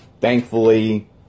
Thankfully